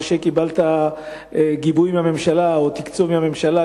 הגיבוי שקיבלת מהממשלה או התקצוב מהממשלה,